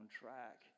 track